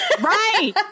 Right